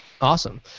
Awesome